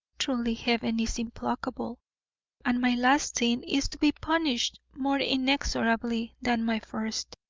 truly heaven is implacable and my last sin is to be punished more inexorably than my first.